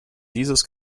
dieses